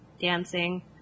dancing